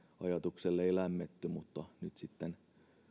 ajatukselle ei lämmetty mutta nyt sitten